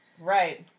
right